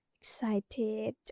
excited